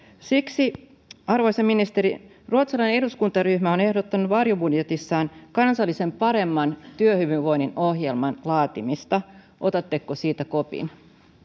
siksi arvoisa ministeri ruotsalainen eduskuntaryhmä on ehdottanut varjobudjetissaan kansallisen paremman työhyvinvoinnin ohjelman laatimista otatteko siitä kopin